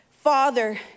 Father